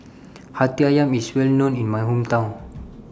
Hati Ayam IS Well known in My Hometown